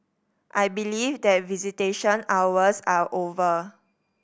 I believe that visitation hours are over